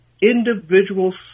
individuals